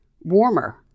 warmer